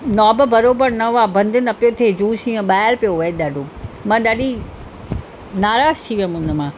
knob बराबरि न हुआ बंदि न पियो थिए जूस हीअं ॿाहिरि पियो वहे ॾाढो मां ॾाढी नाराज़ थी वियमि हुनिमां